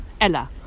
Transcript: Ella